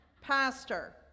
pastor